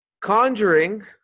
conjuring